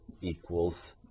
equals